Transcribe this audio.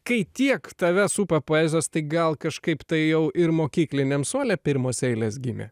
kai tiek tave supa poezijos tai gal kažkaip tai jau ir mokykliniam suole pirmos eilės gimė